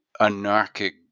anarchic